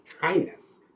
kindness